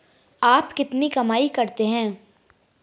आप कितनी कमाई करते हैं?